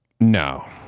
No